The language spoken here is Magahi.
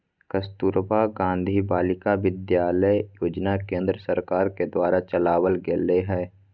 कस्तूरबा गांधी बालिका विद्यालय योजना केन्द्र सरकार के द्वारा चलावल गेलय हें